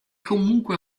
comunque